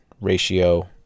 ratio